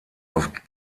auf